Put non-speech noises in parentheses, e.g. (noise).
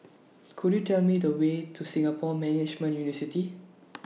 Could YOU Tell Me The Way to Singapore Management (unintelligible) (noise)